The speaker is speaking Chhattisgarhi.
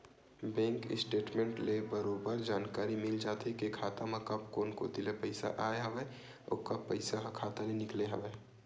बेंक स्टेटमेंट ले बरोबर जानकारी मिल जाथे के खाता म कब कोन कोती ले पइसा आय हवय अउ कब पइसा ह खाता ले निकले हवय